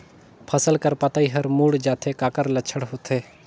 फसल कर पतइ हर मुड़ जाथे काकर लक्षण होथे?